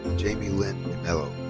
and jamie lynn demelo.